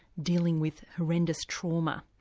dealing with horrendous trauma.